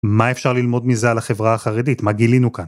מה אפשר ללמוד מזה על החברה החרדית? מה גילינו כאן?